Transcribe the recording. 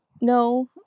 no